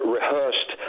rehearsed